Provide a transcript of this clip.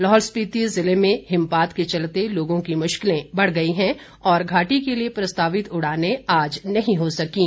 लाहौल स्पीति ज़िले में हिमपात के चलते लोगों की मुश्किलें बढ़ गई हैं और घार्टी के लिए प्रस्तावित उड़ानें आज नहीं हो सकीं